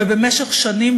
ובמשך שנים,